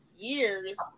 years